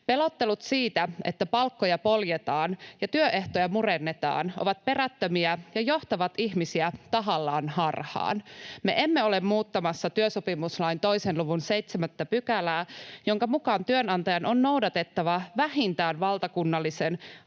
Pelottelut siitä, että palkkoja poljetaan ja työehtoja murennetaan, ovat perättömiä ja johtavat ihmisiä tahallaan harhaan. Me emme ole muuttamassa työsopimuslain 2 luvun 7 §:ää, jonka mukaan työnantajan on noudatettava vähintään valtakunnallisen,